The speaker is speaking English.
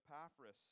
Epaphras